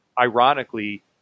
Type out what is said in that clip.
ironically